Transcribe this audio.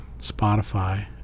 Spotify